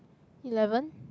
eleven